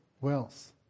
wealth